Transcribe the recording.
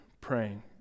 praying